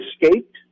escaped